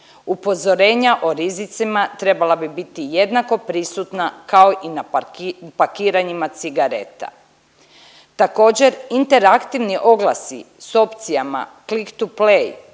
Upozorenja o rizicima trebala bi biti jednako prisutna kao i na pakiranjima cigareta. Također interaktivni oglasi s opcijama clic to play